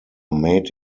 made